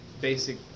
basic